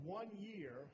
one-year